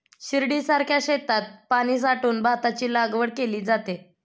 शिर्डीसारख्या शेतात पाणी साठवून भाताची लागवड केली जाते